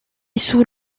sous